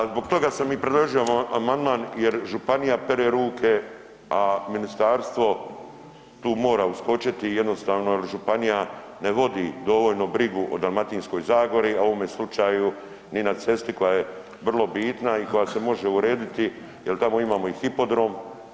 Pa zbog toga sam i predložio amandman jer županija pere ruke, a ministarstvo tu mora uskočiti jednostavno jer županija ne vodi dovoljno brigu o Dalmatinskoj zagori, a u ovome slučaju ni na cesti koja je vrlo bitna i koja se može urediti jer tamo imamo i hipodrom.